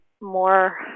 more